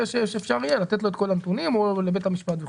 שאפשר יהיה לתת את כל הנתונים לו ולבית המשפט.